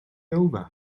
over